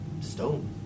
stone